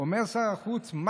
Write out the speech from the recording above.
אומר שר החוץ: